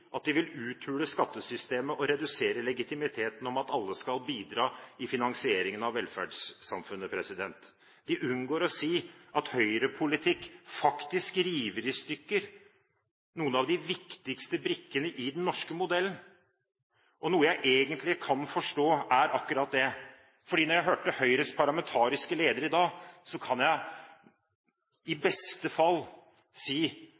at de vil uthule skattesystemet og redusere legitimiteten om at alle skal bidra i finansieringen av velferdssamfunnet. De unngår å si at Høyre-politikk faktisk river i stykker noen av de viktigste brikkene i den norske modellen, og noe jeg egentlig kan forstå, er akkurat det. For da jeg hørte Høyres parlamentariske leder i dag, kan jeg i beste fall si